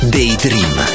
Daydream